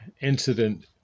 incident